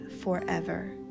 forever